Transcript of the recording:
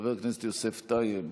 חבר הכנסת יוסף טייב,